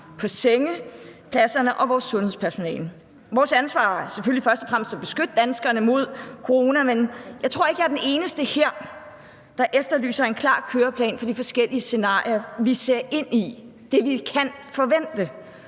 på sengepladserne og på vores sundhedspersonale. Vores ansvar er selvfølgelig først og fremmest at beskytte danskerne mod corona, men jeg tror ikke, at jeg er den eneste her, der efterlyser en klar køreplan for de forskellige scenarier, som vi ser ind i, altså for det, vi kan forvente,